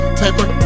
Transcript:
paper